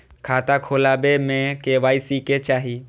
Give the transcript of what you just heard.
खाता खोला बे में के.वाई.सी के चाहि?